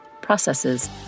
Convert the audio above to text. processes